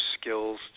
skills